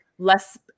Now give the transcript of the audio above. less